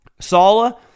Sala